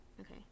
Okay